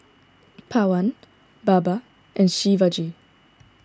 Pawan Baba and Shivaji